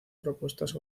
propuestas